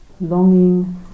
longing